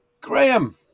Graham